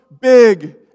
big